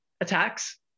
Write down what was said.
attacks